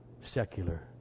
secular